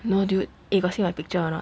no dude eh got see my picture or not